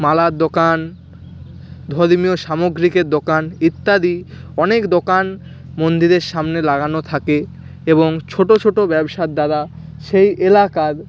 মালার দোকান ধর্মীয় সামগ্রিকের দোকান ইত্যাদি অনেক দোকান মন্দিরের সামনে লাগানো থাকে এবং ছোটো ছোটো ব্যবসার দ্বারা সেই এলাকার